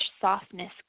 softness